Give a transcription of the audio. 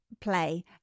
play